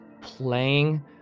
playing